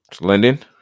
Linden